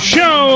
Show